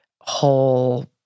whole